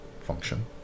function